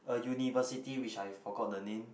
a university which I forgot the name